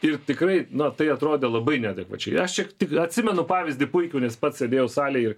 ir tikrai na tai atrodė labai neadekvačiai aš čia tik atsimenu pavyzdį puikų nes pats sėdėjau salėj